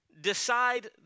Decide